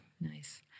Nice